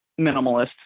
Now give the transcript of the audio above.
minimalist